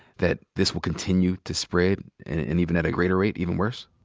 that this will continue to spread and even at a greater rate, even worse?